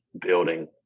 building